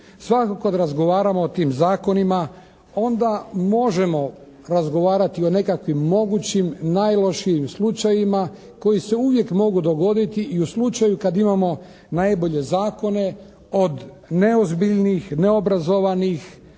Svakako kad razgovaramo o tim zakonima onda možemo razgovarati o nekakvim mogućim najlošijim slučajevima koji se uvijek mogu dogoditi i u slučaju kad imamo najbolje zakone od neozbiljnih, neobrazovanih,